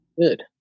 good